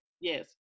Yes